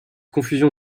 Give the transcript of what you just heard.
confusion